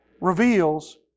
reveals